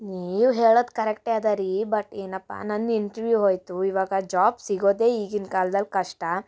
ನೀವು ಹೇಳೋದು ಕರೆಕ್ಟೆ ಅದ ರೀ ಬಟ್ ಏನಪ್ಪ ನನ್ನ ಇಂಟ್ರ್ವ್ಯೂವ್ ಹೋಯಿತು ಇವಾಗ ಜಾಬ್ ಸಿಗೋದೇ ಈಗಿನ ಕಾಲ್ದಲ್ಲಿ ಕಷ್ಟ